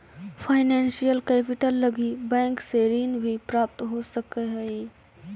financial capital लगी bank से ऋण भी प्राप्त हो सकऽ हई